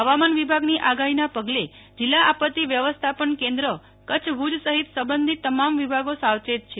હવામાન વિભાગની આગાહીના પગલે જિલ્લા આપત્તિ વ્યવસ્થાપન કેન્દ્ર કચ્છ ભુજ સહિત સંબંધિત તમામ વિભાગો સાવચેત છે